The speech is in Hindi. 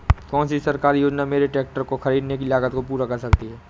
कौन सी सरकारी योजना मेरे ट्रैक्टर को ख़रीदने की लागत को पूरा कर सकती है?